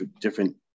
different